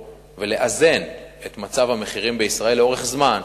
ולאזן את מצב המחירים בישראל לאורך זמן,